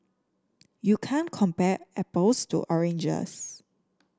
you can't compare apples to oranges